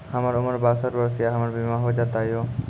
हमर उम्र बासठ वर्ष या हमर बीमा हो जाता यो?